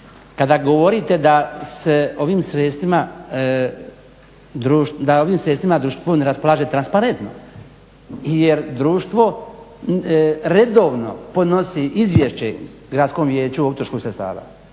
sredstvima, da ovim sredstvima društvo ne raspolaže transparentno jer društvo redovno podnosi izvješće Gradskom vijeću o utrošku sredstava.